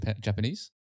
Japanese